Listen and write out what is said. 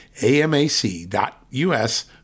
amac.us